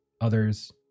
others